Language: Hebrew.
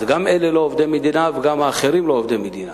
אז גם אלה לא עובדי מדינה וגם האחרים לא עובדי מדינה.